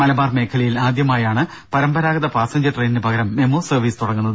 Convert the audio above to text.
മലബാർ മേഖലയിൽ ആദ്യമായാണ് പരമ്പരാഗത പാസഞ്ചർ ട്രെയിനിന് പകരം മെമു സർവീസ് തുടങ്ങുന്നത്